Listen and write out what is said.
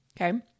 Okay